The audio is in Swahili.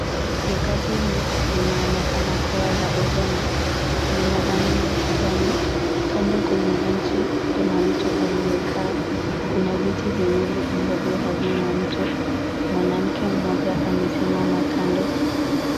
Duka hili linaonekana kuwa la urembo. Lina rangi ya kijani. Kando kwenye benchi kuna mtu aliyekaa. Kuna viti viwili ambavyo havina mtu. Mwanamke mmoja amesimama kando.